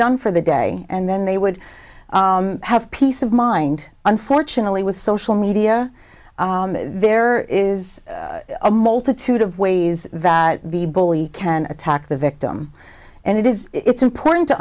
done for the day and then they would have peace of mind unfortunately with social media there is a multitude of ways that the bully can attack the victim and it is it's important to